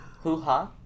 Hoo-ha